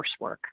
coursework